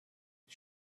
you